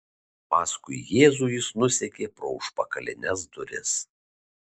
paskui jėzų jis nusekė pro užpakalines duris